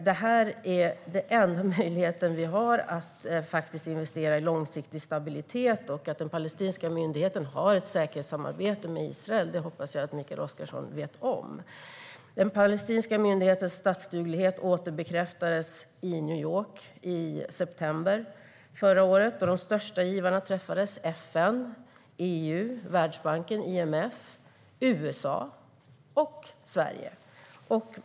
Detta är den enda möjlighet som vi har att investera i långsiktig stabilitet. Att den palestinska myndigheten har ett säkerhetssamarbete med Israel hoppas jag att Mikael Oscarsson vet. Den palestinska myndighetens statsduglighet återbekräftades i New York i september förra året då de största givarna träffades - FN, EU, Världsbanken, IMF, USA och Sverige.